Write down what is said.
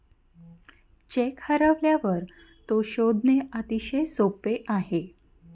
check हरवल्यावर तो शोधणे अतिशय सोपे आहे